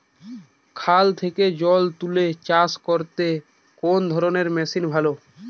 খাল থেকে জল তুলে চাষ করতে কোন ধরনের মেশিন ভালো?